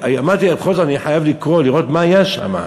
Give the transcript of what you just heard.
אמרתי, בכל זאת אני חייב לקרוא, לראות מה היה שם.